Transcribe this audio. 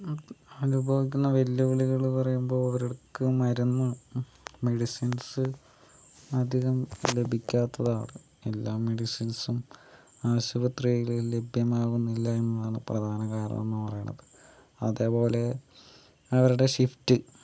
അനുഭവിക്കുന്ന വെല്ലുവിളികൾ പറയുമ്പോ അവർക്ക് മരുന്ന് മെഡിസിൻസ് അധികം ലഭിക്കാത്തതാണ് എല്ലാ മെഡിസിൻസും ആശുപത്രിയിൽ ലഭ്യമാവുന്നില്ല എന്നതാണ് പ്രധാന കാരണം എന്നുപറയണത് അതേപോലെ അവരുടെ ഷിഫ്റ്റ്